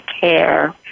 care